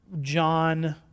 John